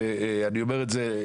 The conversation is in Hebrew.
ואני אומר את זה,